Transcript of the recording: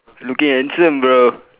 looking handsome bro